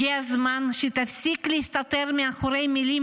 הגיע הזמן שתפסיק להסתתר מאחורי מילים